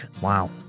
Wow